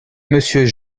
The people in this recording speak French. monsieur